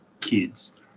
kids